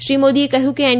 શ્રી મોદીએ કહ્યું કે એન